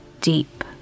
deep